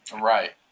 Right